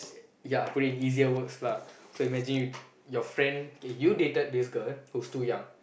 ya I put it in easier words lah so imagine your friend K you dated this girl who's too young